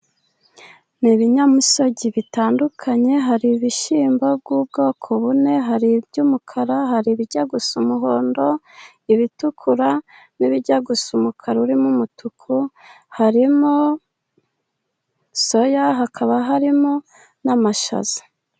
Ni ibinyamisogwe bitandukanye, hari ibishyimbo by'ubwoko bune: hari iby'umukara, hari ibijya gusa umuhondo, ibitukura, n'ibijya gusa umukara urimo umutuku. Harimo soya, hakaba harimo n'amashaza.